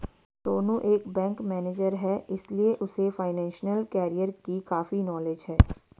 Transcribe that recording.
सोनू एक bank manager है इसीलिए उसे फाइनेंशियल कैरियर की काफी नॉलेज है